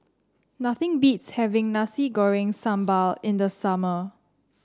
nothing beats having Nasi Goreng Sambal in the summer